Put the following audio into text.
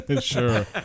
sure